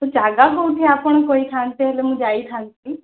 ଜାଗା କୋଉଠି ଆପଣ କହିଥାନ୍ତେ ହେଲେ ମୁଁ ଯାଇଥାନ୍ତି